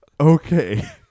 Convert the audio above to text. Okay